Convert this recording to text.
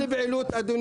כל פעילות,